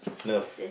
Nerf